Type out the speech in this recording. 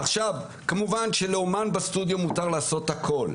עכשיו כמובן שלאומן בסטודיו מותר לעשות הכול,